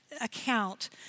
account